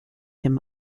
him